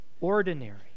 ordinary